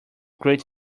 great